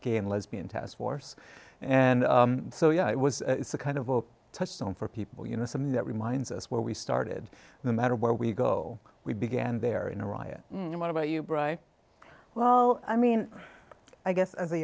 gay and lesbian task force and so yeah it was kind of a touchstone for people you know something that reminds us where we started the matter where we go we began there in a riot and what about you bright well i mean i guess as a